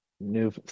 new